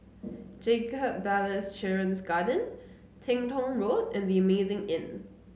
Jacob Ballas Children's Garden Teng Tong Road and The Amazing Inn